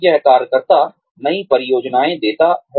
यह कार्यकर्ता नई परियोजनाएं देता है